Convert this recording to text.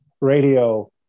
radio